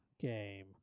game